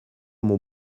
mon